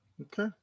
Okay